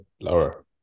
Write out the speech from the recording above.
lower